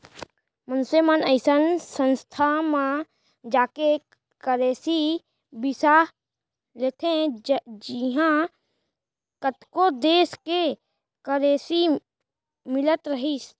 मनसे मन अइसन संस्था म जाके करेंसी बिसा लेथे जिहॉं कतको देस के करेंसी मिलत रहिथे